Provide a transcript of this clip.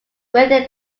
within